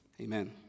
amen